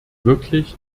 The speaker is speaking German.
wirklich